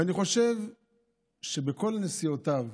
ואני חושב שבכל נסיעותיו,